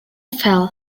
fell